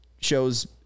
shows